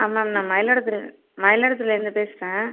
ஆ ma'am நான் மயிலாடுதுறை மயிலாடுதுறைலேருந்து பேசுகிறேன்